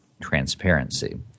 transparency